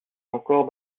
encore